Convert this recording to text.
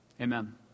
Amen